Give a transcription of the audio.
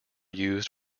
used